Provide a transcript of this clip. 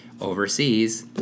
overseas